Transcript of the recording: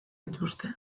dituzte